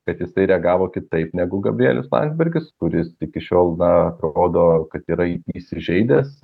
bet jisai reagavo kitaip negu gabrielius landsbergis kuris iki šiol na rodo kad yra įsižeidęs